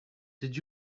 did